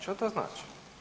Što to znači?